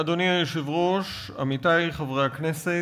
אדוני היושב-ראש, עמיתי חברי הכנסת,